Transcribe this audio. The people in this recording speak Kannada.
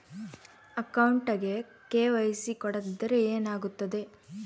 ಅಕೌಂಟಗೆ ಕೆ.ವೈ.ಸಿ ಕೊಡದಿದ್ದರೆ ಏನಾಗುತ್ತೆ?